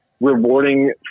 rewarding